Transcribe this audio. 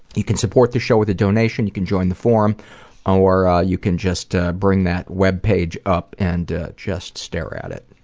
you can support the show with a donation, you can join the forum or ah you can just ah bring that web page up and just stare at it.